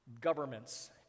governments